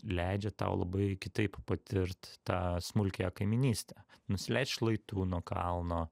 leidžia tau labai kitaip patirt tą smulkiąją kaimynystę nusileist šlaitu nuo kalno